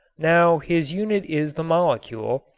now his unit is the molecule,